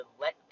let